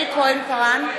יעל כהן-פארן,